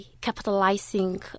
capitalizing